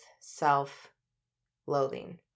self-loathing